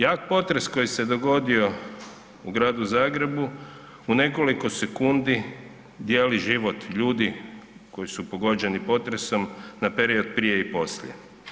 Jak potresa koji se dogodio u gradu Zagrebu u nekoliko sekundi dijeli život ljudi koji su pogođeni potresom na period prije i poslije.